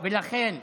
ולכן,